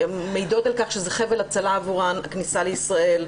הן מעידות על-כך שהכניסה לישראל הוא חבל ההצלה שלהן.